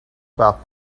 about